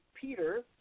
Peter